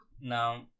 now